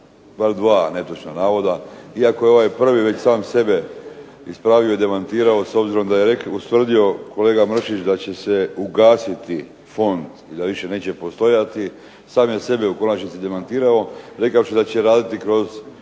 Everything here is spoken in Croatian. bar 2 netočna navoda iako je ovaj prvi već sam sebe ispravio i demantirao s obzirom da je rekao, ustvrdio, kolega Mršić da će se ugasiti fond i da više neće postojati. Sam je sebe u konačnici demantirao rekavši da će raditi kroz